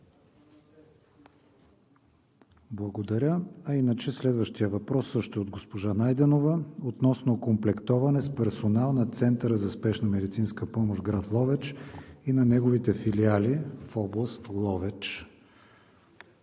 Благодаря. Следващият въпрос също е от госпожа Найденова относно комплектоване с персонал на Центъра за спешна медицинска помощ в град Ловеч и на неговите филиали в област Ловеч.